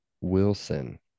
wilson